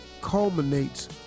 culminates